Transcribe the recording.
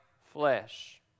flesh